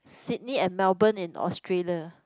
Sydney and Melbourne in Australia